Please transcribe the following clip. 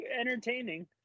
entertaining